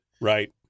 Right